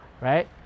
right